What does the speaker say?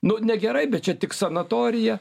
nu negerai bet čia tik sanatorija